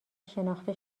شناخته